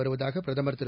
வருவதாக பிரதமர் திரு